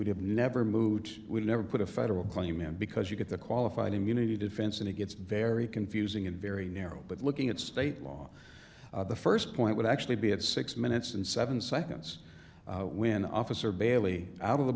would have never moot would never put a federal going man because you get the qualified immunity defense and it gets very confusing and very narrow but looking at state law the st point would actually be at six minutes and seven seconds when officer bailey out of the